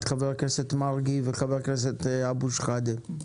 חבר הכנסת מרגי וחבר הכנסת אבו שחאדה.